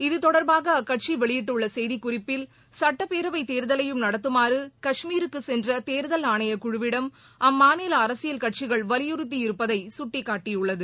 இத்தொடர்பாக அக்கட்சி வெளியிட்டுள்ள செய்திக்குறிப்பில் சுட்டப்பேரவைத் தேர்தலையும் நடத்துமாறு கஷ்மீருக்கு சென்ற தேர்தல் ஆணைய குழுவிடம் அம்மாநில அரசியல் கட்சிகள் வலிபுறுத்தி இருப்பதை சுட்டிக்காட்டியுள்ளது